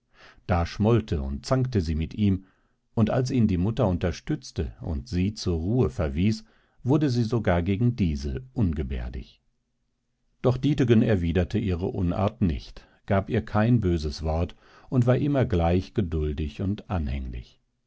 da schmollte und zankte sie mit ihm und als ihn die mutter unterstützte und sie zur ruhe verwies wurde sie sogar gegen diese ungebärdig doch dietegen erwiderte ihre unart nicht gab ihr kein böses wort und war immer gleich geduldig und anhänglich